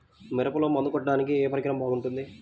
మిరపలో మందు కొట్టాడానికి ఏ పరికరం బాగుంటుంది?